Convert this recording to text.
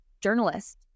journalist